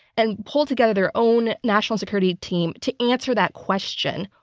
and pull together their own national security team to answer that question.